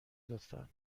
لطفا